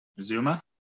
Zuma